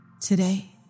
today